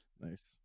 Nice